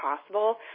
possible